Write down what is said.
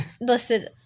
Listen